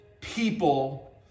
people